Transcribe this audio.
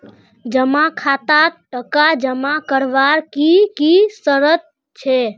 जमा खातात टका जमा करवार की की शर्त छे?